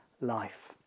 life